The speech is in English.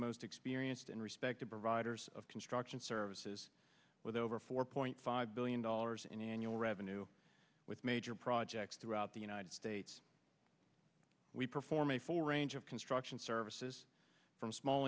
and respected providers of construction services with over four point five billion dollars in annual revenue with major projects throughout the united states we perform a full range of construction services from small